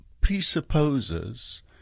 presupposes